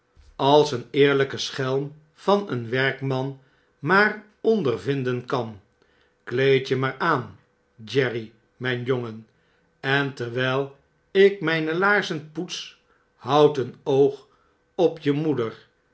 als een eerlpe schelm van een werkman maar ondervinden kan kleed je maar aan jerry mijn jongen en terwjjl ik mijne laarzen poets houd een oog op je moeder